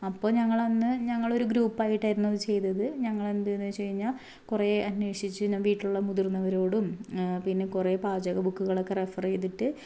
അപ്പോൾ ഞങ്ങൾ അന്ന് ഞങ്ങൾ ഒരു ഗ്രൂപ്പായിട്ടായിരുന്നു അത് ചെയ്തത് ഞങ്ങൾ എന്തെന്ന് വച്ച് കഴിഞ്ഞാൽ കുറേ അന്വേഷിച്ചു ഞാന് വീട്ടിലുള്ള മുതിര്ന്നവരോടും പിന്നെ കുറേ പാചക ബുക്കുകളൊക്കെ റെഫറ് ചെയിതിട്ട്